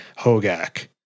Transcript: Hogak